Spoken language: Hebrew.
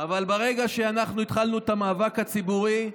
אבל ברגע שאנחנו התחלנו את המאבק הציבורי,